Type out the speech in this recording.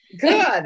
Good